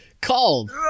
called